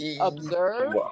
observe